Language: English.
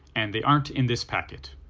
and they aren't in this packet.